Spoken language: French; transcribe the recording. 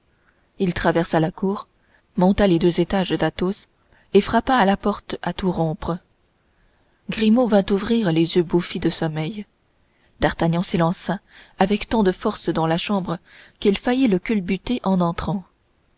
il traversa la cour monta les deux étages d'athos et frappa à la porte à tout rompre grimaud vint ouvrir les yeux bouffis de sommeil d'artagnan s'élança avec tant de force dans l'antichambre qu'il faillit le culbuter en entrant